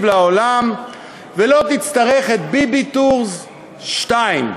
לעולם ולא תצטרך את "ביבי טורס 2"